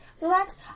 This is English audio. Relax